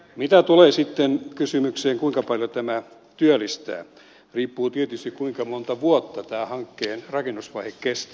mitä tulee sitten kysymykseen kuinka paljon tämä työllistää se riippuu tietysti kuinka monta vuotta tämä hankkeen rakennusvaihe kestää